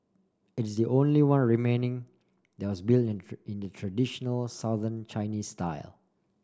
it is the only one remaining that was built in the traditional Southern Chinese style